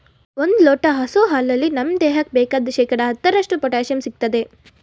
ಒಂದ್ ಲೋಟ ಹಸು ಹಾಲಲ್ಲಿ ನಮ್ ದೇಹಕ್ಕೆ ಬೇಕಾದ್ ಶೇಕಡಾ ಹತ್ತರಷ್ಟು ಪೊಟ್ಯಾಶಿಯಂ ಸಿಗ್ತದೆ